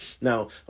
Now